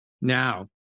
Now